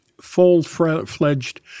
full-fledged